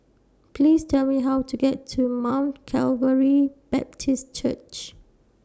Please Tell Me How to get to Mount Calvary Baptist Church